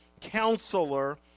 Counselor